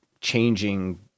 changing